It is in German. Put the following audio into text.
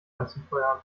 anzufeuern